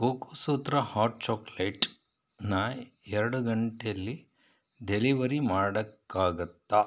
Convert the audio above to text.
cocoa Sutra hot ಚಾಕ್ಲೇಟ್ನ ಎರಡು ಗಂಟೇಲಿ ಡೆಲಿವರಿ ಮಾಡೋಕ್ಕಾಗುತ್ತ